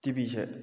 ꯇꯤꯚꯤꯁꯦ